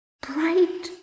bright